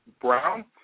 Brown